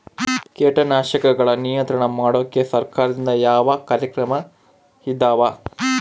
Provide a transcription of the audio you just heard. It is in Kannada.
ಕೇಟನಾಶಕಗಳ ನಿಯಂತ್ರಣ ಮಾಡೋಕೆ ಸರಕಾರದಿಂದ ಯಾವ ಕಾರ್ಯಕ್ರಮ ಇದಾವ?